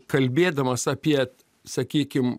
kalbėdamas apie sakykim